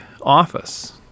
office